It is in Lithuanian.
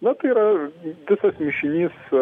na tai yra visas mišinys